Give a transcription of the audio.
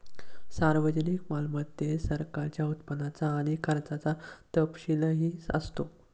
सार्वजनिक मालमत्तेत सरकारच्या उत्पन्नाचा आणि खर्चाचा तपशीलही असतो